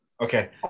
Okay